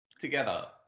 together